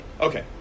Okay